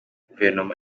guverinoma